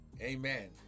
Amen